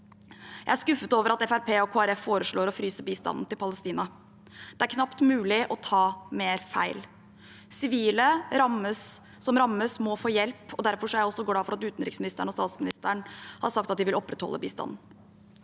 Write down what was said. og Kristelig Folkeparti foreslår å fryse bistanden til Palestina. Det er knapt mulig å ta mer feil. Sivile som rammes, må få hjelp, og derfor er jeg også glad for at utenriksministeren og statsministeren har sagt at de vil opprettholde bistanden.